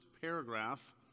paragraph